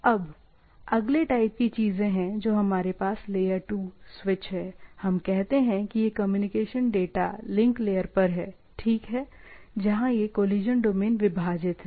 अब अगले टाइप की चीजें हैं जो हमारे पास लेयर 2 स्विच हैं हम कहते हैं कि ये कम्युनिकेशन डेटा लिंक लेयर पर है ठीक है जहां ये कोलिशन डोमेन विभाजित हैं